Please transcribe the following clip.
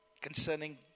Concerning